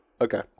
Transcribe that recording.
Okay